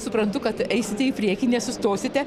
suprantu kad eisite į priekį nesustosite